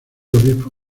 obispo